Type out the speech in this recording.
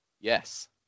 yes